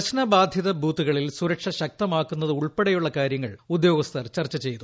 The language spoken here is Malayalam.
പ്രശ്ന ബാധിത ബൂത്തുകളിൽ സുരക്ഷ ശക്തമാക്കുന്നത് ഉൾപ്പെടെയുള്ള കാര്യങ്ങൾ ഉദ്യോഗസ്ഥർ ചർച്ച ചെയ്തു